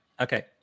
Okay